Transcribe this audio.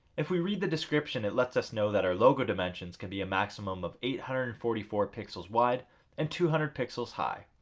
if we read the description it let's us know that our logo dimensions can be a maximum of eight hundred and forty four pixels wide and two hundred pixels high.